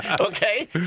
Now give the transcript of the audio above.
Okay